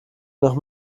nach